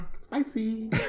Spicy